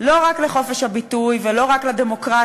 לא רק לחופש הביטוי ולא רק לדמוקרטיה,